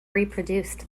reproduced